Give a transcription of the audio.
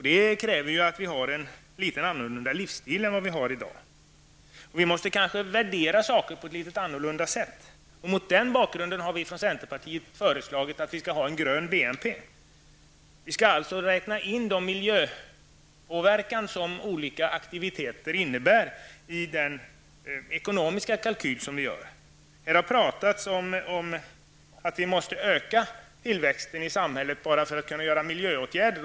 Det kräver en litet annorlunda livsstil än i dag. Vi måste kanske värdera saker på ett annorlunda sätt. Mot den bakgrunden har vi från centerpartiet föreslagit att vi skall ha en grön BNP, räkna in den miljöpåverkan som olika aktiviteter innebär i den ekonomiska kalkyl som vi gör. Det har pratats om att vi måste öka tillväxten i samhället bara för att kunna vidta miljöåtgärder.